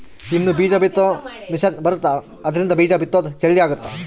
ಇನ್ನ ಬೀಜ ಬಿತ್ತೊ ಮಿಸೆನ್ ಬರುತ್ತ ಆದ್ರಿಂದ ಬೀಜ ಬಿತ್ತೊದು ಜಲ್ದೀ ಅಗುತ್ತ